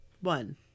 One